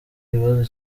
ibibazo